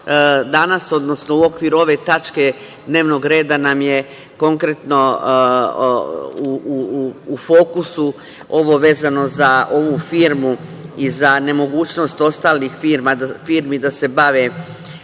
danas, odnosno u okviru ove tačke dnevnog reda nam je konkretno u fokusu ovo vezano za ovu firmu i za nemogućnost ostalih firmi da se bave